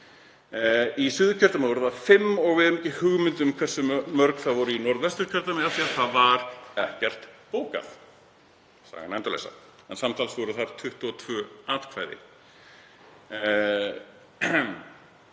Í Suðurkjördæmi eru það fimm og við höfum ekki hugmynd um hversu mörg þau voru í Norðvesturkjördæmi af því að það var ekkert bókað, sagan endalausa. Samtals voru þar 22 atkvæði.